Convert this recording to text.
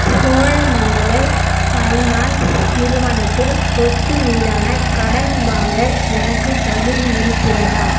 Cholamandala finance நிறுவனத்தில் சொத்து மீதான கடன் வாங்க எனக்குத் தகுதி இருக்கிறதா